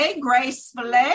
gracefully